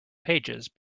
pages